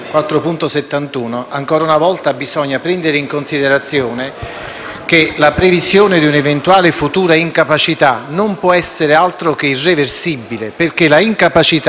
la previsione di un'eventuale futura incapacità non può essere altro che irreversibile perché l'incapacità, sotto il profilo biomedico, può presentare le graduazioni più varie